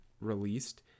released